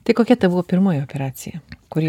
tai kokia tavo pirmoji operacija kuri